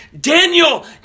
Daniel